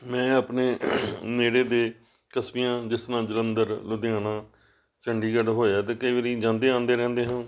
ਮੈਂ ਆਪਣੇ ਨੇੜੇ ਦੇ ਕਸਬਿਆਂ ਜਿਸ ਤਰ੍ਹਾਂ ਜਲੰਧਰ ਲੁਧਿਆਣਾ ਚੰਡੀਗੜ੍ਹ ਹੋਇਆ ਅਤੇ ਕਈ ਵਾਰੀ ਜਾਂਦੇ ਆਉਂਦੇ ਰਹਿੰਦੇ ਹਾਂ